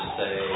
say